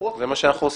זה מה שאנחנו עושים.